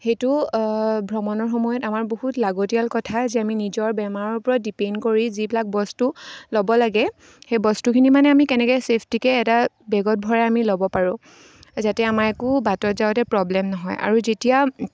সেইটো ভ্ৰমণৰ সময়ত আমাৰ বহুত লাগতিয়াল কথা যে আমি নিজৰ বেমাৰৰ ওপৰত ডিপেণ্ড কৰি যিবিলাক বস্তু ল'ব লাগে সেই বস্তুখিনি মানে আমি কেনেকৈ চেফটিকৈ এটা বেগত ভৰাই আমি ল'ব পাৰোঁ যাতে আমাৰ একো বাটত যাওঁতে প্ৰব্লেম নহয় আৰু যেতিয়া